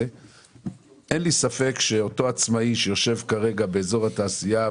אין לי ספק שאותו עצמאי שיושב כרגע באזור התעשייה,